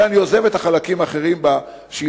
לכן אני עוזב את החלקים האחרים בשאילתא